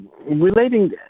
relating